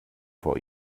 vor